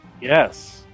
Yes